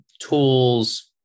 tools